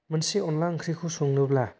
मोनसे अनला ओंख्रिखौ संनोब्ला